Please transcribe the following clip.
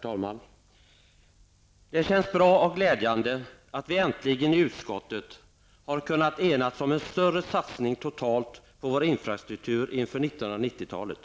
Herr talman! Det känns bra och glädjande att vi äntligen i utskottet har kunnat enas om en större satsning totalt på vår infrastruktur inför 1990-talet.